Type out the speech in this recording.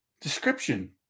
description